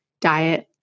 diet